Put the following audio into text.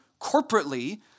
corporately